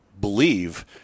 believe